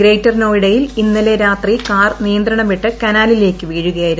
greater നോയ്ഡയിൽ ഇന്നലെ രാത്രി കാർ നിയന്ത്രണം വിട്ട് കനാലിലേക്ക് വീഴുകയായിരുന്നു